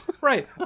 Right